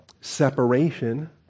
separation